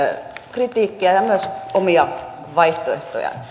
kritiikkiä ja myös omia vaihtoehtojaan